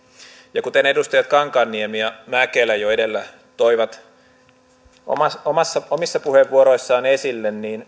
ja kuten edustajat kankaanniemi ja mäkelä jo edellä toivat omissa puheenvuoroissaan esille